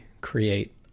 create